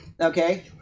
okay